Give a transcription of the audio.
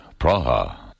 Praha